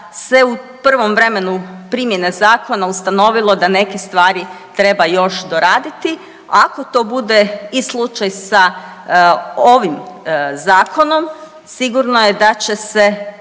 se u prvom vremenu primjene zakona ustanovilo da neke stvari treba još doraditi. Ako to bude i slučaj sa ovim zakonom sigurno je da će se